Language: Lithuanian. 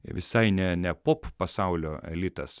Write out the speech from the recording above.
visai ne ne pop pasaulio elitas